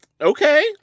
Okay